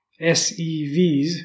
SEVs